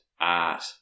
art